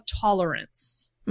tolerance